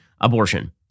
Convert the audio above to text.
abortion